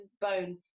bone